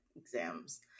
exams